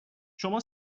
شما